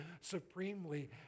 supremely